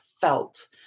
felt